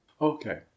Okay